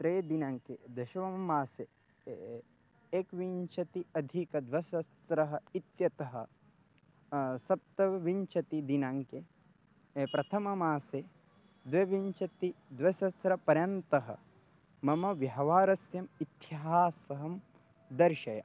त्रयदिनाङ्के दशममासे एकविंशत्यधिकद्विसहस्रम् इत्यतः सप्तविंशतिदिनाङ्के प्रथममासे द्वाविंशतिः द्विसहस्रपर्यन्तः मम व्यवहारस्य इतिसहं दर्शय